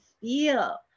feel